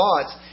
thoughts